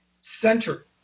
center